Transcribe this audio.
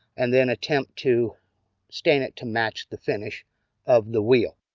and then attempt to stain it to match the finish of the wheel.